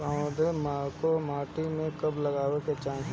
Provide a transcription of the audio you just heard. पौधे को मिट्टी में कब लगावे के चाही?